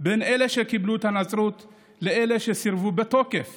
בין אלה שקיבלו את הנצרות לאלה שסירבו בתוקף